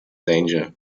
danger